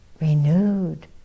renewed